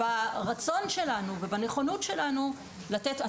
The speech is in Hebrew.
מדובר ברצון שלנו ובנכונות שלנו לתת לאסירים